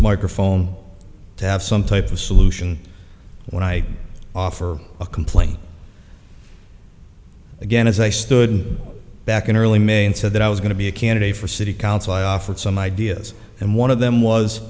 microphone to have some type of solution when i offer a complaint again as i stood back in early may and said that i was going to be a candidate for city council i offered some ideas and one of them was